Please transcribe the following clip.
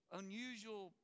unusual